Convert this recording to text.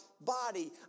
body